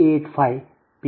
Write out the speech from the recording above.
u